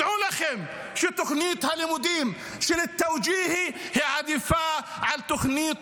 דעו לכם שתוכנית הלימודים של תאוג'יהי עדיפה על תוכנית